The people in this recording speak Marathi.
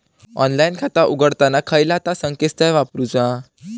ऑनलाइन खाता उघडताना खयला ता संकेतस्थळ वापरूचा?